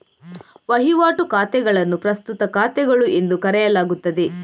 ವಹಿವಾಟು ಖಾತೆಗಳನ್ನು ಪ್ರಸ್ತುತ ಖಾತೆಗಳು ಎಂದು ಕರೆಯಲಾಗುತ್ತದೆ